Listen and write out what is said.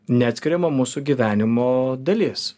neatskiriama mūsų gyvenimo dalis